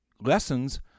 lessons